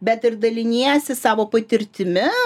bet ir daliniesi savo patirtimi